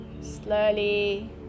slowly